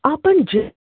आपण ज्या